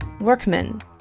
Workmen